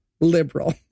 liberal